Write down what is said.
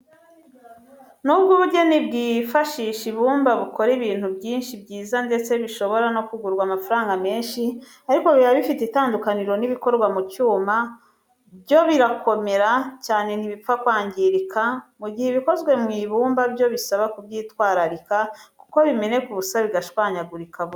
Nubwo ubugeni bwifashisha ibumba bukora ibintu byinshi byiza ndetse bishobora no kugurwa amafaranga menshi, ariko biba bifite itandukaniro n'ibikorwa mu cyuma, byo birakomera cyane ntibipfa kwangirika, mu gihe ibikozwe mu ibumba byo bisaba kubyitwararika kuko bimeneka ubusa, bigashwanyagurika burundu.